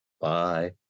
Bye